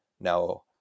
Now